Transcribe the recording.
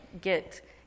get